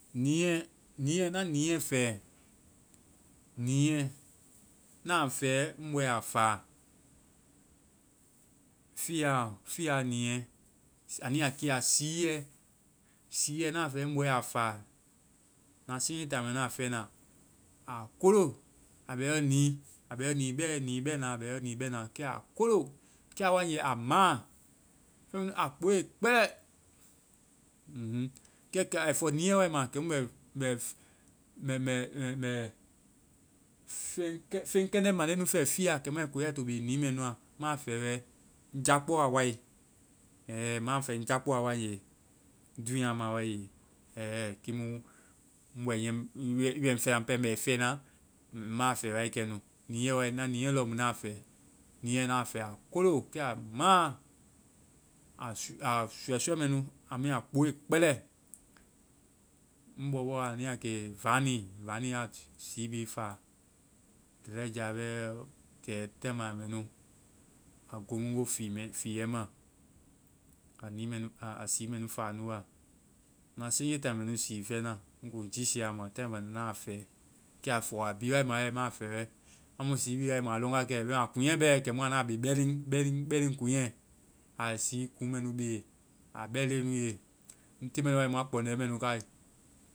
Niiɛ. Niiɛ, na niiɛ fɛ. Niiɛ, na fɛ, ŋ bɔɛ a faa fiɔ-fiɔ niiɛ. A nu ya keya siiɛ. Siiɛ, na fɛ bɔɛ a faa. Na siinji taaŋ mɛ nu a fɛ na. A kolo! I bɛ i yɔ nii bɛna. Kɛ a kolo! Kɛ a wae nge, a maa. Feŋ mɛ nu, a kpoe kpɛlɛ. Um hm. Kɛ, ai fɔ niiɛ wae ma, kɛmu mɛ mɛ, mɛ, mɛ. mɛ feŋ-feŋ kɛŋdɛ mande nu fɛ fiaɔ kɛmu a koya ai to be nii mɛ nu ma, ma fɛ wɛ ŋ jakpɔa wae. Ɛ ma fɛ ŋ jakpɔa wae nge. dunya ma wae. Ɛ ɛ. Kimu mu bɛ niɛ. I bɛ ŋ fɛna. Ŋ pɛ mɛ i fɛna. Ma fɛ wɛ kɛnu. Niiɛ wae-niiɛ lɔ mu na fɛ. A kolo! Kɛ a maa. A suuɛ suuɛ mɛ nu. Anu a-a kpoe kpɛlɛ! Ŋ bɔ bɔ anu ya ke varney, varney a sii bi fa. bɛ tɛh tɛma mɛnu. A koŋgo fii-fiiɛ ma. A nii mɛ nu-a sii mɛ nu faa nu wa. Na siiŋje taaŋ mɛ nu sii fɛ na. Ŋ kuŋ jiisiia ma taaŋ mu wɛ na fɛ. Kɛ a fɔɔ a bi wae ma wɛ, maa fɛ wɛ. Amu sii bi wae mua lɔŋ wakɛ. A kuŋɛ bɛ kɛ mu anda be bɛleŋ-bɛleŋ kuŋɛ. A sii kuŋ mɛ nu be a bɛleŋ nu ye. Te mɛ nu mua kpɔŋdɛ mɛ nu kae.